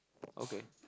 okay